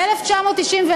ב-1994,